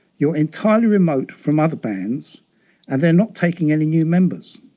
you are entirely remote from other bands and they are not taking any new members.